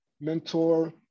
mentor